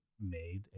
made